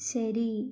ശരി